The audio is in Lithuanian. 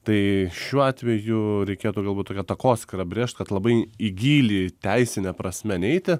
tai šiuo atveju reikėtų galbūt tokią takoskyrą brėžt kad labai į gylį teisine prasme neiti